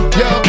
yo